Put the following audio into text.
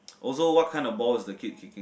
also what kind of ball is the kid kicking